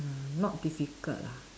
ah not difficult lah